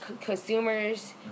consumers